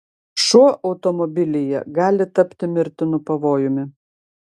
šuo automobilyje gali tapti mirtinu pavojumi